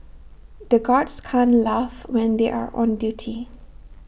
the guards can't laugh when they are on duty